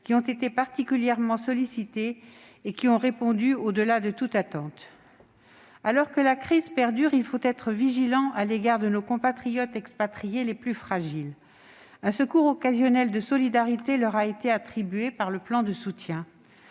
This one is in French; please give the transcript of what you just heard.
qui ont été particulièrement sollicités et qui ont répondu au-delà de toute attente. Alors que la crise perdure, il faut être vigilant à l'égard de nos compatriotes expatriés les plus fragiles. Un secours occasionnel de solidarité leur a été attribué par le plan de soutien.